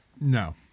No